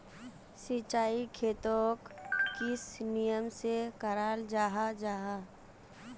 सिंचाई खेतोक किस नियम से कराल जाहा जाहा?